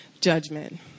Judgment